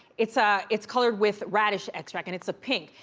it's ah it's colored with radish extract, and it's a pink.